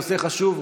הנושא חשוב,